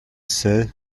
sais